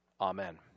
Amen